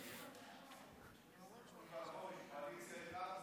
אוי ואבוי,